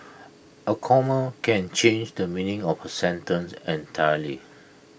A comma can change the meaning of A sentence entirely